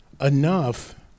enough